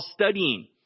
studying